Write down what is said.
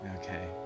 Okay